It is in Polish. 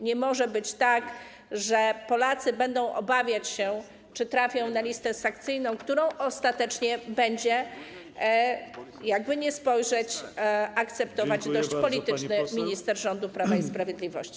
Nie może być tak, że Polacy będą obawiać się, że trafią na listę sankcyjną, którą ostatecznie będzie akceptować, jakby nie spojrzeć, dość polityczny minister rządu Prawa i Sprawiedliwości.